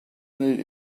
need